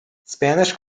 spanish